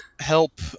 help